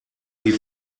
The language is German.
die